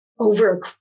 over